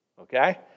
okay